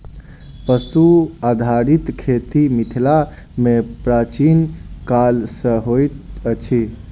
पशु आधारित खेती मिथिला मे प्राचीन काल सॅ होइत अछि